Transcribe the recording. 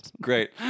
Great